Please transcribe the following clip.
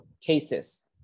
cases